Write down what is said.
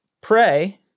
pray